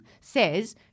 says